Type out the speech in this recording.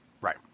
Right